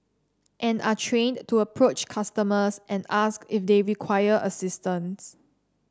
and are trained to approach customers and ask if they require assistance